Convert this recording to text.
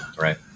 Right